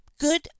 good